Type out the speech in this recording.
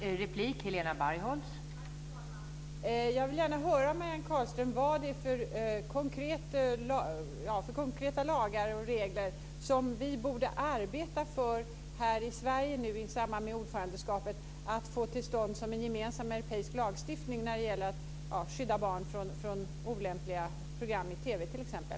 Fru talman! Jag vill gärna höra med Marianne Carlström vad det är för konkreta lagar och regler som vi borde arbeta för här i Sverige nu i samband med ordförandeskapet för att få till stånd en gemensam europeisk lagstiftning när det gäller att skydda barn från olämpliga program i TV t.ex.